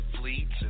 fleets